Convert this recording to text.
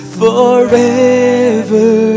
forever